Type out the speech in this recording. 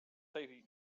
tej